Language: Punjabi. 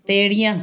ਪੇੜੀਆਂ